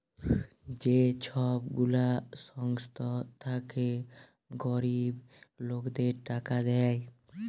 যে ছব গুলা সংস্থা থ্যাইকে গরিব লকদের টাকা দেয়